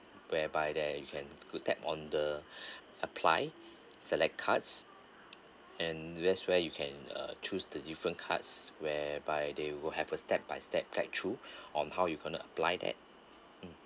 whereby there you can could tap on the apply select cards and there's where you can uh choose the different cards whereby they will have a step by step guide through on how you gonna apply that mm